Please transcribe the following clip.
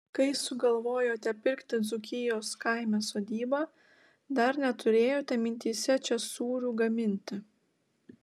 kai sugalvojote pirkti dzūkijos kaime sodybą dar neturėjote mintyse čia sūrių gaminti